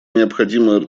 необходимо